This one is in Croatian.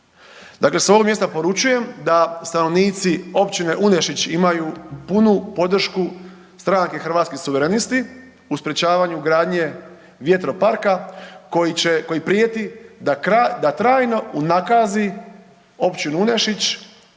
Dakle, s ovog mjesta poručujem da stanovnici općine Unešić imaju punu podršku stranke Hrvatski suverenisti u sprječavanju gradnje vjetroparka koji će, koji prijeti da trajno unakazi općinu Unešić